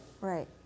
right